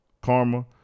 Karma